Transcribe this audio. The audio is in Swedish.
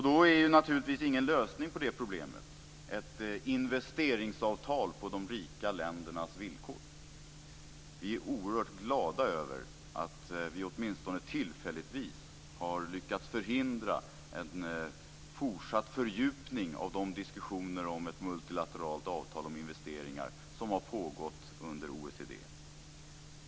Då är det naturligtvis ingen lösning på problemet att ha ett investeringsavtal på de rika ländernas villkor. Vi är oerhört glada över att vi åtminstone tillfälligt har lyckats förhindra en fortsatt fördjupning av de diskussioner om ett multilateralt avtal om investeringar som har pågått under OECD.